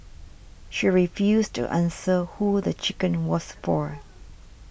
she refused to answer who the chicken was for